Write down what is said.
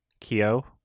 Kyo